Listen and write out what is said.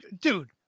Dude